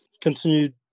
continued